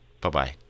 Bye-bye